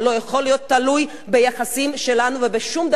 תלוי ביחסים שלנו ובשום דבר פוליטי,